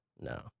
no